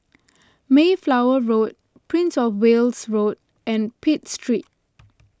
Mayflower Road Prince of Wales Road and Pitt Street